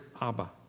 Abba